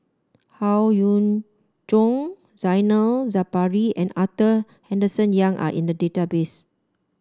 Howe Yoon Chong Zainal Sapari and Arthur Henderson Young are in the database